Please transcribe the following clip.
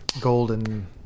golden